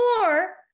more